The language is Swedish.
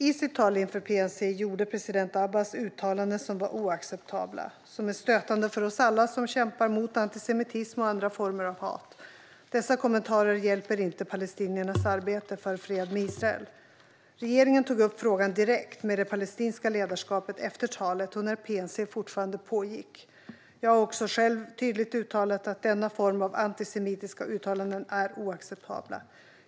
I sitt tal inför PNC gjorde president Abbas uttalanden som var oacceptabla. De är stötande för alla oss som kämpar mot antisemitism och andra former av hat. Dessa kommentarer hjälper inte palestiniernas arbete för fred med Israel. Regeringen tog upp frågan direkt med det palestinska ledarskapet efter talet, när PNC fortfarande pågick. Jag har också själv tydligt uttalat att antisemitiska uttalanden av denna form är oacceptabla.